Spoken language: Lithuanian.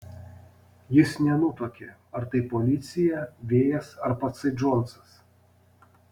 jis nenutuokė ar tai policija vėjas ar patsai džonsas